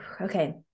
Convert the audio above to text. okay